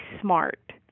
smart